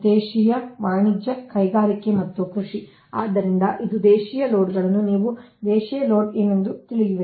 ದೇಶೀಯ ವಾಣಿಜ್ಯ ಕೈಗಾರಿಕೆ ಮತ್ತು ಕೃಷಿ ಆದ್ದರಿಂದ ಇದು ದೇಶೀಯ ಲೋಡ್ಗಳನ್ನು ನೀವು ದೇಶೀಯ ಲೋಡ್ ಏನೆಂದು ತಿಳಿಯುವಿರಿ